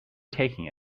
taking